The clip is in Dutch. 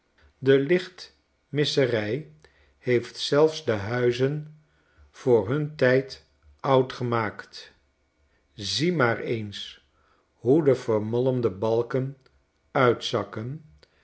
de lichtmisserij heeft zelfs de huizen voor hun tijd oud gemaakt zie maar eens hoe de vermolmde balken uitzakken